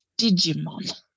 Digimon